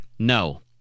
No